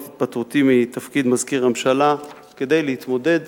את התפטרותי מתפקיד מזכיר הממשלה כדי להתמודד